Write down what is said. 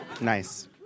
Nice